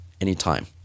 anytime